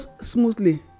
smoothly